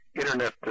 Internet